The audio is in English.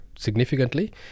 significantly